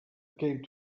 came